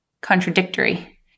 contradictory